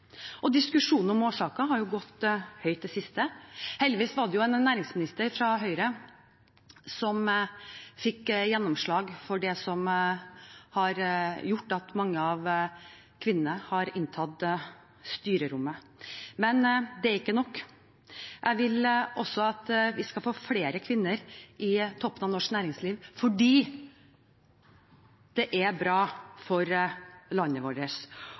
Diskusjonen om årsaker har gått høyt i det siste. Heldigvis var det en næringsminister fra Høyre som fikk gjennomslag for det som har gjort at mange kvinner har inntatt styrerommet. Men det er ikke nok. Jeg vil at vi skal få flere kvinner i toppen av norsk næringsliv fordi det er bra for landet vårt.